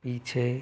पीछे